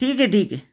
ठीक आहे ठीक आहे